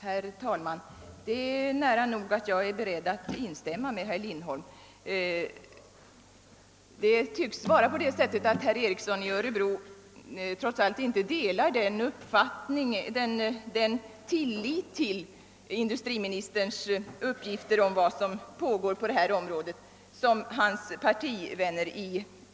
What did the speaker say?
Herr talman! Jag är nära nog beredd att instämma med herr Lindholm. Trots allt tycks det vara så att herr Ericson i Örebro inte i likhet med sina partivän ner i första kammaren hyser tillit till industriministerns uppgifter om vad som pågår på detta område.